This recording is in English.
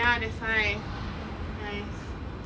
ya that's why !hais!